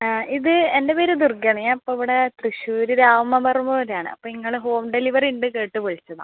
ആ ഇത് എൻ്റെ പേര് ദുർഗ്ഗയാണ് ഞാൻ ഇപ്പോൾ ഇവിടെ തൃശ്ശൂർ രാമവർമ്മപുരാണ് അപ്പോൾ ഇങ്ങള് ഹോം ഡെലിവറിയുണ്ട് കേട്ട് വിളിച്ചതാണ്